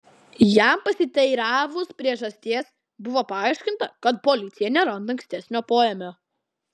jam pasiteiravus priežasties buvo paaiškinta kad policija neranda ankstesnio poėmio